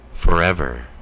Forever